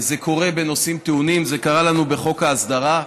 זה קורה בנושאים טעונים, זה קרה לנו בחוק ההסדרה,